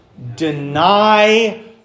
deny